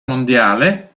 mondiale